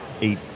eight